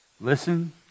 Listen